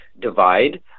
divide